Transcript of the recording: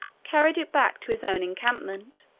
carried it back to his own encampment,